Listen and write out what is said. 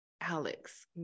Alex